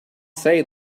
say